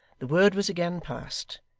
the word was again passed,